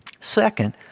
Second